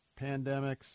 pandemics